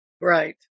Right